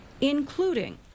including